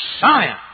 science